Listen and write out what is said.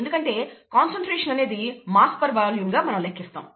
ఎందుకంటే కాన్సన్ట్రేషన్ అనేది mass per volume గా మనం లెక్కిస్తాం